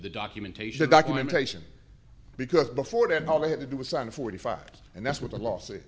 the documentation documentation because before that all they had to do was sign a forty five and that's what the l